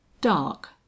Dark